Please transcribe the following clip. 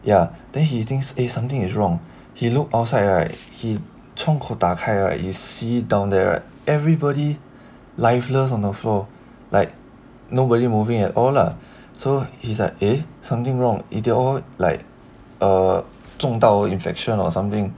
ya then he thinks eh something is wrong he looked outside right he 窗口打开 right you see down there right everybody lifeless on the floor like nobody moving at all lah so he is like eh something wrong either eh they all like err 中到 infection or something